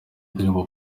ndirimbo